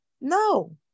no